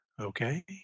Okay